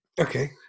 Okay